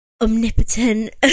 omnipotent